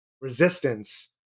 resistance